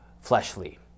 fleshly